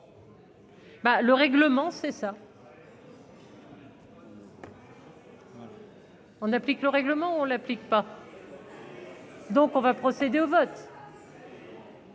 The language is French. le règlement c'est ça. On applique le règlement on l'applique pas. Donc on va procéder au vote.